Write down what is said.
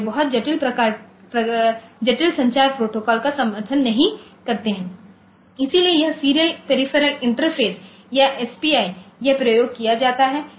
और वे बहुत जटिल संचार प्रोटोकॉल का समर्थन नहीं करते हैं और इसलिए यह सीरियल पेरीफेरल इंटरफ़ेस या एसपीआई यह प्रयोग किया जाता है